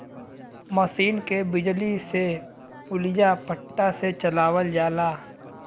मसीन के बिजली से पुलिया पट्टा से चलावल जाला